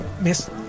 Miss